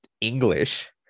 English